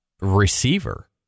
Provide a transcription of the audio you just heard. receiver